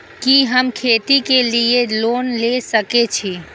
कि हम खेती के लिऐ लोन ले सके छी?